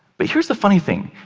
but here's the funny thing.